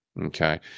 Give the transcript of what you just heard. Okay